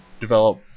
develop